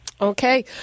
Okay